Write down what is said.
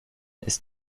ist